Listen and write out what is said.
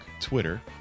Twitter